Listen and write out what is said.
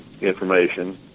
information